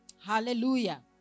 Hallelujah